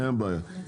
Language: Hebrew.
אין בעיה.